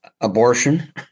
Abortion